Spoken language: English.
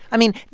i mean,